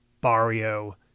Barrio